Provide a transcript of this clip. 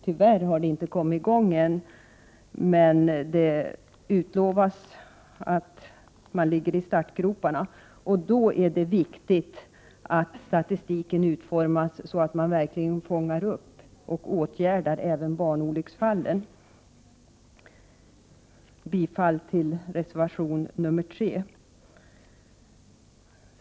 Tyvärr har detta inte kommit i gång ännu, men man ligger i startgroparna. Det är då viktigt att statistiken utformas så att man verkligen fångar upp och åtgärdar även barnolycksfallen. Jag yrkar bifall till reservation nr 3.